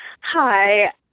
Hi